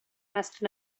asked